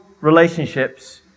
relationships